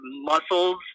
muscles